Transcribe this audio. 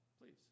please